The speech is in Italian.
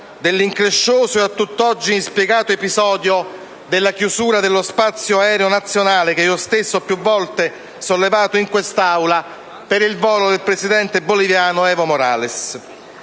dell'increscioso e a tutt'oggi inspiegato episodio della chiusura dello spazio aereo nazionale, che io stesso ho più volte sollevato in quest'Aula, per il volo del presidente boliviano Evo Morales.